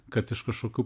kad iš kažkokių